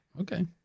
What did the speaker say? Okay